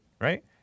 right